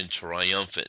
Triumphant